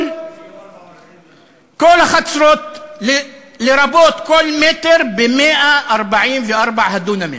כל החצרות, לרבות כל מטר ב-144 הדונמים.